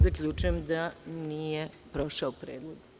Zaključujem da nije prošao predlog.